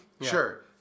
sure